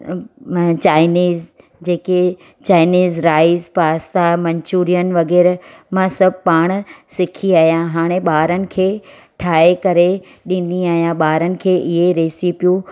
Chinese जेके Chinese rice pasta Manchurian वग़ैरह मां सभु पाण सिखी आहियां हाणे ॿारनि खे ठाहे करे ॾींदी आहियां ॿारनि खे इहे रेसिपियूं